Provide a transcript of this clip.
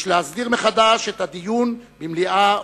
יש להסדיר מחדש את הדיון במליאה ובוועדות.